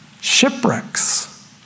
Shipwrecks